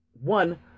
one